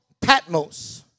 Patmos